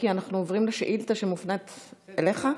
כי אנחנו עוברים לשאילתה שמופנית אליך.